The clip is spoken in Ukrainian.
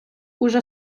уже